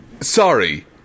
Sorry